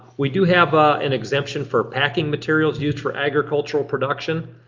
we do have ah an exemption for packing materials used for agricultural production.